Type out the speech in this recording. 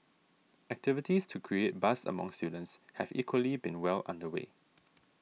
activities to create buzz among students have equally been well under way